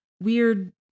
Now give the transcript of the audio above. weird